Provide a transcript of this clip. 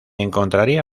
encontraría